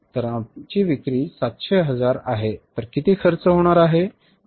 तर आमची विक्री 700 हजार आहे तर किती खर्च होणार आहे